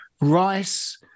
Rice